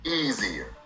easier